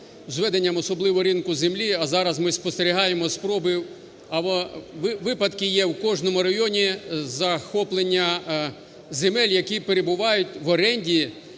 введенням особливо ринку землі, а зараз ми спостерігаємо спроби, випадки є в кожному районі, захоплення земель, які перебувають в оренді